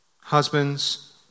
Husbands